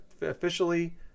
Officially